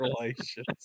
relations